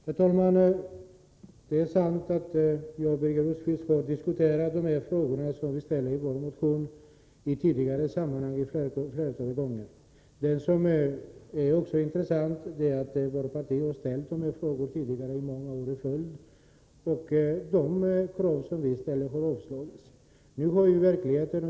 Herr talman! Det är sant att jag och Birger Rosqvist flera gånger tidigare har diskuterat de frågor som vi från vpk ställer i vår motion. Något som också är intressant är att vårt parti har ställt dessa frågor många år i följd. Men de krav som vi ställer har avslagits.